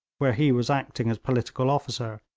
where he was acting as political officer,